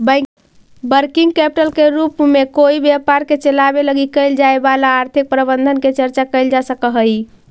working capital के रूप में कोई व्यापार के चलावे लगी कैल जाए वाला आर्थिक प्रबंधन के चर्चा कैल जा सकऽ हई